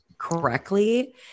Correctly